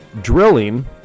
drilling